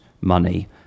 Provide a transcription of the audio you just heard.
money